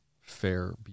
fair